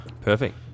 Perfect